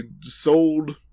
sold